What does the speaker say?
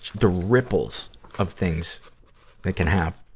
the ripples of things that can have,